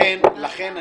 אתה